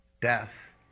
Death